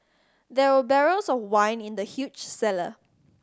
there were barrels of wine in the huge cellar